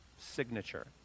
signature